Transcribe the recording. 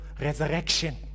resurrection